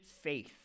faith